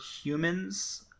humans